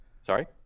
sorry